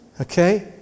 Okay